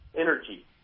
energy